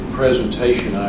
presentation